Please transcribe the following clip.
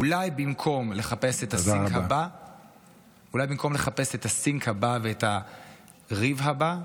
אולי במקום לחפש את הסינק הבא ואת הריב הבא,